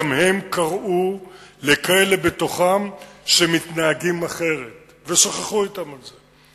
גם הם קראו לכאלה בתוכם שמתנהגים אחרת ושוחחו אתם על זה.